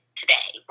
today